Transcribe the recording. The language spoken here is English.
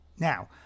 Now